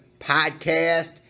podcast